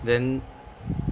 then